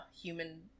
human